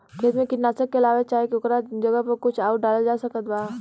खेत मे कीटनाशक के अलावे चाहे ओकरा जगह पर कुछ आउर डालल जा सकत बा?